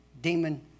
demon